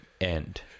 end